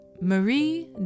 Marie